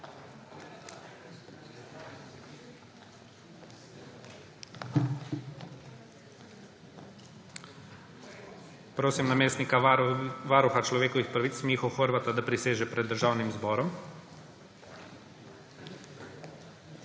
Prosim namestnika varuha človekovih pravic Miho Horvata, da priseže pred Državnim zborom.